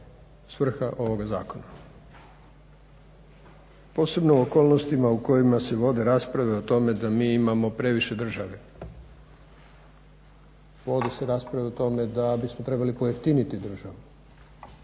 svrha ovoga zakona, posebno u okolnostima u kojim a se vode rasprave o tome da mi imamo previše državi, vode se rasprave o tome da bismo trebali pojeftiniti državu,